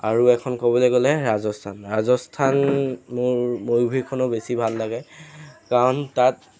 আৰু এখন ক'বলৈ গ'লে ৰাজস্থান ৰাজস্থান মোৰ মৰুভূমিখনৰ বেছি ভাল লাগে কাৰণ তাত